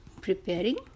preparing